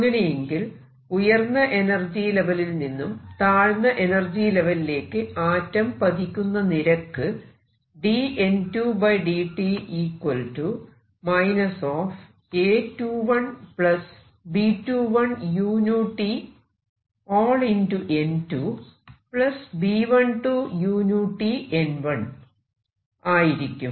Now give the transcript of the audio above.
അങ്ങനെയെങ്കിൽ ഉയർന്ന എനർജി ലെവലിൽ നിന്നും താഴ്ന്ന എനർജി ലെവലിലേക്ക് ആറ്റം പതിക്കുന്ന നിരക്ക് ആയിരിക്കും